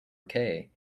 okay